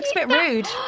bit rude.